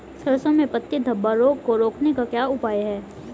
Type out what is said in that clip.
सरसों में पत्ती धब्बा रोग को रोकने का क्या उपाय है?